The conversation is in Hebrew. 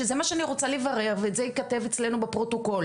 שזה מה שאני רוצה לברר וזה ייכתב אצלינו בפרוטוקול.